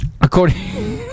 According